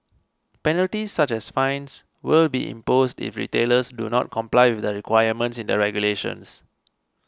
penalties such as fines will be imposed if retailers do not comply with the requirements in the regulations